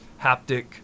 haptic